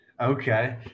Okay